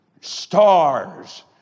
stars